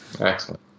Excellent